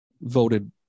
voted